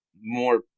more